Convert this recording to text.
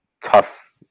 tough